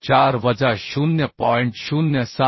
4 वजा 0